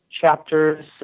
chapters